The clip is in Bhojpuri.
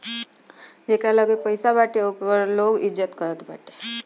जेकरा लगे पईसा बाटे ओकरे लोग इज्जत करत बाटे